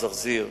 זרזיר,